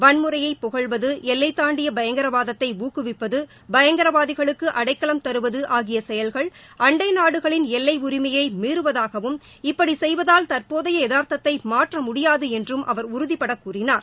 வன்முறையை புகழ்வது எல்லை தாண்டிய பயங்கரவாதத்தை ஊக்குவிப்பது பயங்கரவாதிகளுக்கு அடைக்கலம் தருவது ஆகிய செயல்கள் அண்டை நாடுகளின் எல்லை உரிமையை மீறுவதாகவும் என்றும் இப்படி செய்வதால் தற்போதைய எதார்த்தத்தை முடியாது என்றும் அவர் உறுதிபட கூறினார்